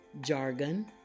jargon